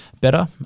better